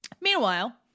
Meanwhile